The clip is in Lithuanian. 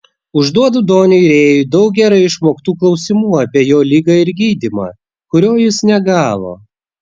užduodu doniui rėjui daug gerai išmoktų klausimų apie jo ligą ir gydymą kurio jis negavo